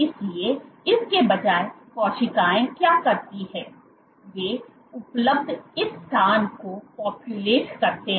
इसलिए इसके बजाय कोशिकाएं क्या करती हैं वे उपलब्ध इस स्थान को पॉप्युलेट करते हैं